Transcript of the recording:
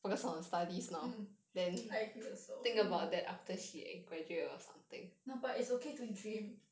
mm I agree also no but it's okay to dream